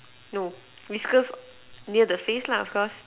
no whiskers near the face lah of course